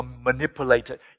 manipulated